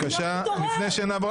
פתאום התעוררת --- אז התעוררת.